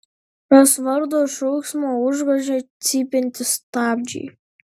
jos vardo šauksmą užgožia cypiantys stabdžiai